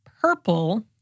purple